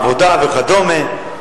עבודה וכדומה.